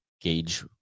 gauge